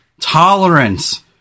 tolerance